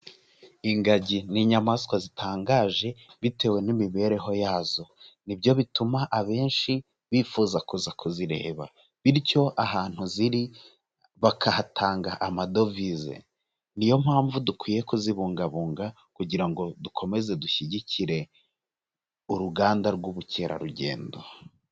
Ingagi ni inyamaswa zitangaje bitewe n'imibereho yazo, ni byo bituma abenshi bifuza kuza kuzireba bityo ahantu ziri bakahatanga amadovize, niyo mpamvu dukwiye kuzibungabunga kugira ngo dukomeze dushyigikire uruganda rw'ubukerarugendo.